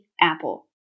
apple